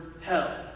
hell